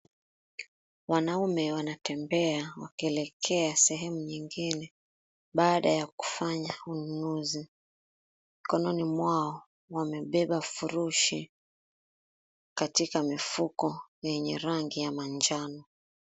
Wanaume wanatembea wakielekea sehemu nyingine baada ya kufanya ununuzi. Mikononi mwao wamebeba furushi katika mifuko yenye rangi ya manjano.